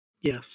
yes